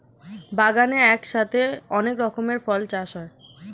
বাগানে একসাথে অনেক রকমের ফল চাষ হয়